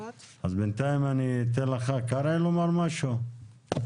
אני חושב שלא צריכה להיות שמגבלה נמוכה מדיי,